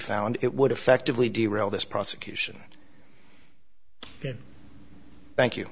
found it would effectively derail this prosecution thank you